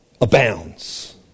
abounds